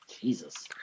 Jesus